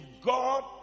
God